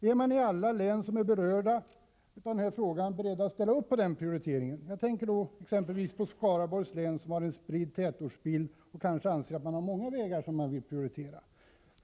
Är man i alla län som är berörda av frågan beredd att ställa upp på den prioriteringen? Jag tänker exempelvis på Skaraborgs län, där man har en spridd tätortsbild och kanske anser att det finns många vägar att Prioritera.